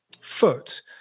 foot